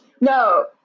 No